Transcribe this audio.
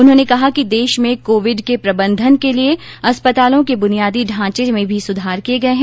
उन्होंने कहा कि देश में कोविड के प्रबंधन के लिए अस्पतालों के बुनियादी ढांचे में भी सुधार किए गए है